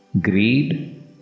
Greed